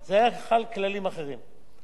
אבל ברגע שהוא אומר: אני קיבלתי ירושה, אני